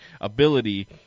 ability